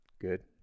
Good